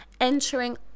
Entering